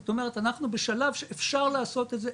זאת אומרת אנחנו בשלב שאפשר לעשות את זה.